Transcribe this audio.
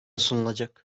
sunulacak